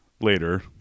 later